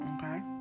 Okay